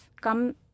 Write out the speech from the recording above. come